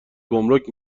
گمرک